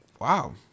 wow